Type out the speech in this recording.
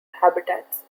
habitats